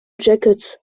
jackets